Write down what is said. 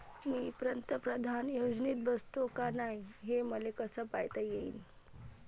मी पंतप्रधान योजनेत बसतो का नाय, हे मले कस पायता येईन?